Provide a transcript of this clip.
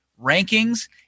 rankings